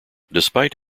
despite